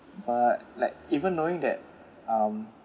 but like even knowing that um